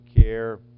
care